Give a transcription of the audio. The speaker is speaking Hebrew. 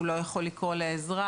הוא לא יכול לקרוא לעזרה.